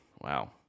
wow